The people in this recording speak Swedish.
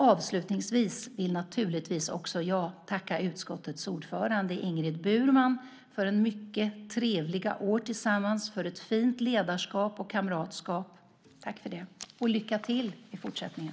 Avslutningsvis vill naturligtvis också jag tacka utskottets ordförande Ingrid Burman för mycket trevliga år tillsammans, för ett fint ledarskap och kamratskap. Tack för det! Och lycka till i fortsättningen!